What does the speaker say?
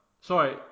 Sorry